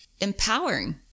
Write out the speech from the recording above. empowering